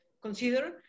consider